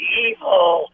evil